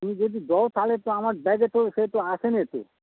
তুমি যদি দাও তাহলে তো আমার ব্যাগে তো সেই তো আসেনি তো